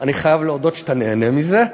גם אם אני חייב להודות שאתה נהנה מזה,